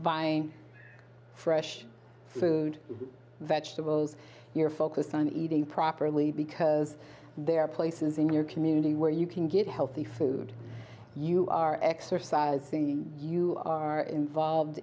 buying fresh food vegetables you're focused on eating properly because there are places in your community where you can get healthy food you are exercising you are involved